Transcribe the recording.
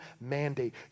mandate